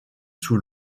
sous